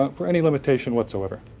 um for any limitation whatsoever?